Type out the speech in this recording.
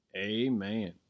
Amen